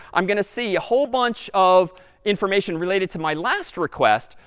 i'm going to see a whole bunch of information related to my last request,